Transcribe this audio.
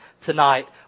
tonight